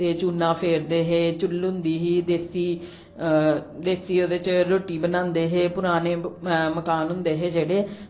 ते चूना फेरदे हे चुल्ल होंदी ही देस्सी देस्सी ओह्दे च रोट्टी बनांदे हे पुराने मकान होंदे हे जेह्ड़े